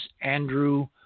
Andrew